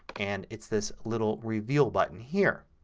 and it's this little reveal button here.